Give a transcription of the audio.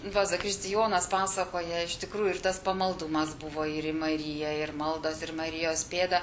va zakristijonas pasakoja iš tikrųjų ir tas pamaldumas buvo ir į mariją ir maldas ir marijos pėda